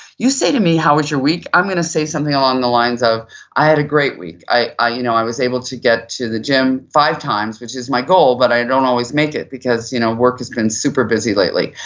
you say to me how was your week, i'm going to say something along the lines of i had a great week. i i you know was able to get to the gym five times, which is my goal but i don't always make it because you know work has been super busy lately.